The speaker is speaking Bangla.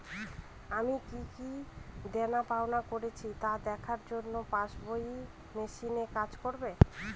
আমি কি কি দেনাপাওনা করেছি তা দেখার জন্য পাসবুক ই মেশিন কাজ করবে?